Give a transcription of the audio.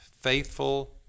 faithful